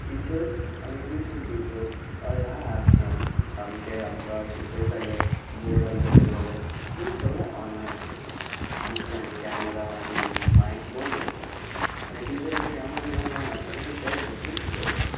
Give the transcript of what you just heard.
teachers आनी tuition teachers ह्या एप्सान सामकें आमकां शिकयताले बोडार बरयताले पूण सगळें ऑनलायन आशिल्लें आमचे आनी कॅमरा आनी मायक बंद आसताले आनी टिचरांचे कॅमरा माईक ऑन आसताले ते बसून शिकयताले